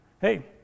Hey